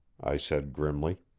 i said grimly.